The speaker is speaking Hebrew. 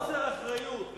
מחוסר אחריות.